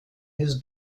his